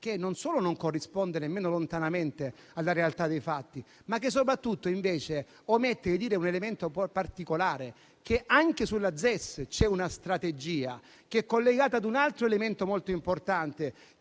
che non solo non corrisponde nemmeno lontanamente alla realtà dei fatti, ma soprattutto omettono un elemento un po' particolare, cioè che anche sulla ZES c'è una strategia collegata ad un altro elemento molto importante,